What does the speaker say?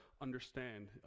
understand